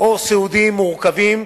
או סיעודיים מורכבים,